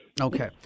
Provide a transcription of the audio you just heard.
Okay